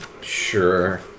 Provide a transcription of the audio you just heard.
Sure